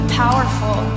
powerful